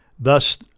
Thus